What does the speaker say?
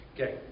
Okay